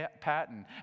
Patton